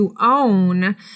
Own